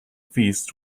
feasts